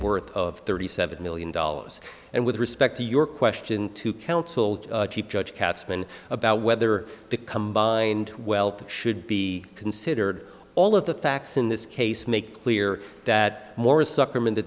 worth of thirty seven million dollars and with respect to your question to counsel to judge katzman about whether the combined wealth should be considered all of the facts in this case make clear that morris sucker in the